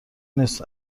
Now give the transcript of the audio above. نیست